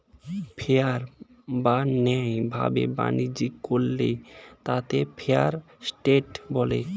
fair বা ন্যায় ভাবে বাণিজ্য করলে তাকে ফেয়ার ট্রেড বলে